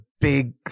Big